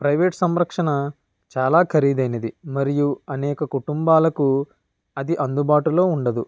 private సంరక్షణ చాలా ఖరీధైనది మరియు అనేక కుటుంబాలకు అది అందుబాటులో ఉండదు